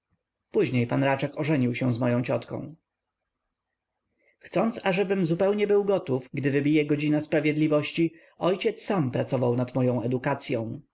później pan raczek ożenił się z moją ciotką chcąc ażebym zupełnie był gotów gdy wybije godzina sprawiedliwości ojciec sam pracował nad moją edukacyą